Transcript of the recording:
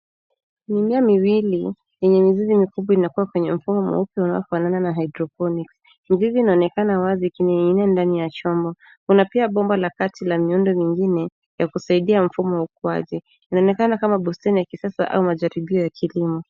Mimea miwili enye mizizi mifupi inakua kwenye mfumo ukiwa unafanana na hydroponics . Mizizi inaonekana wazi ikining'inia ndani ya chombo. Kuna pia bomba la kati la miundo mingine ya kusaidia mfumo wa ukuaji. Inaonekana kama bustani ya kisasa au majaribio ya kilimo.